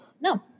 No